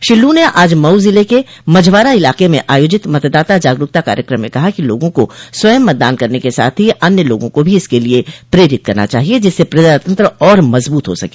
श्री लू ने आज मऊ जिले के मझवारा इलाके में आयोजित मतदाता जागरूकता कार्यक्रम में कहा कि लोगों को स्वयं मतदान करने के साथ ही अन्य लोगों को भी इसके लिये प्रेरित करना चाहिये जिससे प्रजातंत्र और मजबूत हो सके